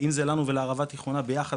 אם זה לנו ולערבה התיכונה ביחד,